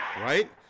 right